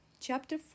Chapter